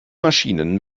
maschinen